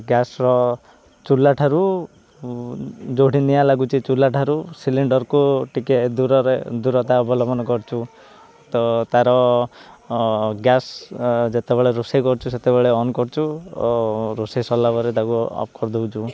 ଗ୍ୟାସ୍ର ଚୁଲା ଠାରୁ ଯେଉଁଠି ନିଆଁ ଲାଗୁଛି ଚୁଲା ଠାରୁ ସିଲିଣ୍ଡରକୁ ଟିକେ ଦୂରରେ ଦୂରତା ଅବଲମ୍ବନ କରଛୁ ତ ତା'ର ଗ୍ୟାସ୍ ଯେତେବେଳେ ରୋଷେଇ କରୁଛୁ ସେତେବେଳେ ଅନ୍ କରୁଛୁ ଓ ରୋଷେଇ ସରିଲା ପରେ ତାକୁ ଅଫ୍ କରିଦଉଛୁ